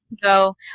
go